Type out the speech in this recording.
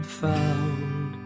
found